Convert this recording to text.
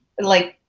and like,